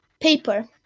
paper